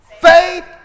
faith